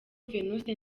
venuste